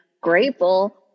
grateful